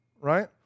right